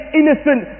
innocent